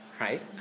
Right